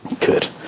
Good